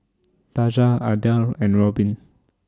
Daja Adel and Robin